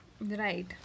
Right